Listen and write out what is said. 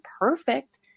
perfect